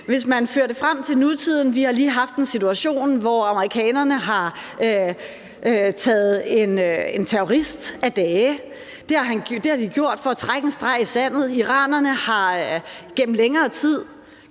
Lad os føre det frem til nutiden: Vi har lige haft en situation, hvor amerikanerne har taget en terrorist af dage. Det har de gjort for at trække en streg i sandet. Iranerne har gennem længere tid